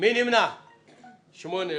8 נמנעים,